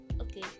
okay